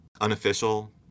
unofficial